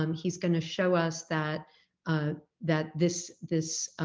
um he's going to show us that ah that this this